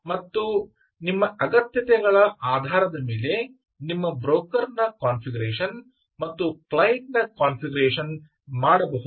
ಮತ್ತು ನಿಮ್ಮ ಅಗತ್ಯತೆಗಳ ಆಧಾರದ ಮೇಲೆ ನಿಮ್ಮ ಬ್ರೋಕರ್ ನ ಕಾನ್ಫಿಗರೇಶನ್ ಮತ್ತು ಕ್ಲೈಂಟ್ ನ ಕಾನ್ಫಿಗರೇಶನ್ ಮಾಡಬಹುದು